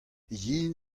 yen